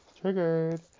triggered